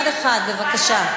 אחד-אחד, בבקשה.